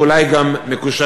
ואולי גם מקושרים,